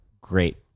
great